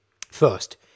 first